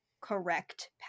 correct